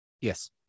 Yes